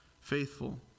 faithful